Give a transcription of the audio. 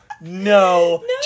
No